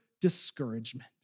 discouragement